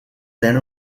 then